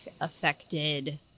affected